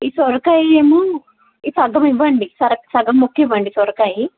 ఈ సొరకాయి ఏమో ఈ సగం ఇవ్వండి సగం ముక్క ఇవ్వండి సొరకాయి